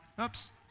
Oops